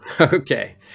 Okay